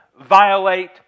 violate